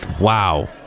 Wow